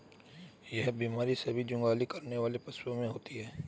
यह बीमारी सभी जुगाली करने वाले पशुओं में होती है